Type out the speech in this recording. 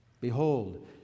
Behold